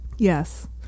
yes